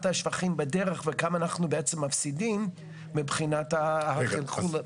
השפכים בדרך וכמה אנחנו בעצם מפסידים מבחינת החלחול?